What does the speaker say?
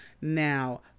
Now